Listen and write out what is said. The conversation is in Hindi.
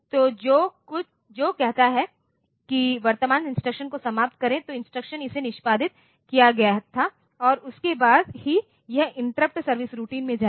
तो जो कहता है कि वर्तमान इंस्ट्रक्शन को समाप्त करें जो इंस्ट्रक्शन इसे निष्पादित किया गया था और उसके बाद ही यह इंटरप्ट सर्विस रूटीन में जाएगा